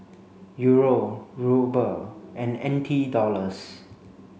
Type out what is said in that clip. Euro Ruble and N T Dollars